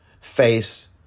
Face